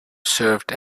served